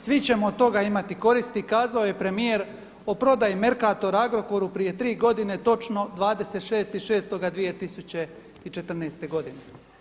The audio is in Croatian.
Svi ćemo od toga imati koristi.“ kazao je premijer o prodaji Mercatora Agrokoru prije tri godine točno 26.62014. godine.